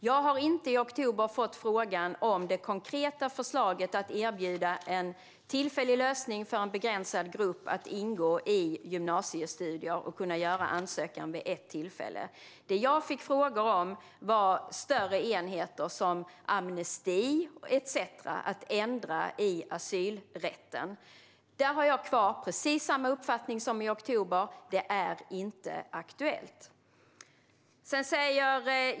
Jag fick inte i oktober frågan om det konkreta förslaget att erbjuda en tillfällig lösning för en begränsad grupp att ingå i gymnasiestudier och kunna göra ansökan vid ett tillfälle. Det jag fick frågor om var större enheter som amnesti etcetera och att ändra i asylrätten. Där har jag kvar precis samma uppfattning som i oktober: Det är inte aktuellt.